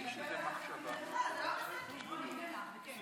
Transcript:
זה לא בסדר, לסמוטריץ' נתת יותר.